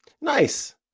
Nice